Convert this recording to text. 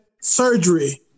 surgery